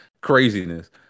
craziness